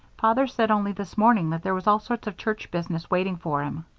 father said only this morning that there was all sorts of church business waiting for him.